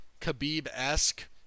Khabib-esque